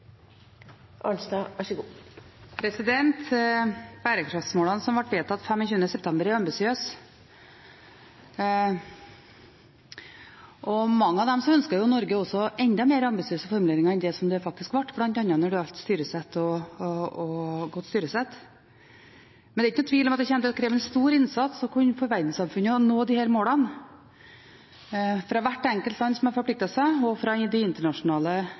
ambisiøse, og for mange av dem ønsket Norge enda mer ambisiøse formuleringer enn det som det faktisk ble, bl.a. når det gjaldt godt styresett. Men det er ikke noen tvil om at det kommer til å kreve en stor innsats av verdenssamfunnet for å kunne nå disse målene, av hvert enkelt land som har forpliktet seg, og av de internasjonale